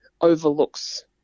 overlooks